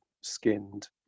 skinned